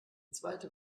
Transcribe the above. zweite